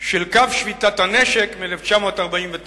של קו שביתת הנשק מ-1949,